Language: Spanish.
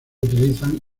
utilizan